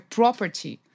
property